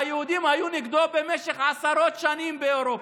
שהיהודים היו נגדו במשך עשרות שנים באירופה,